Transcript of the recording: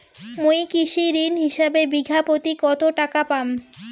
মুই কৃষি ঋণ হিসাবে বিঘা প্রতি কতো টাকা পাম?